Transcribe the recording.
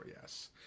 yes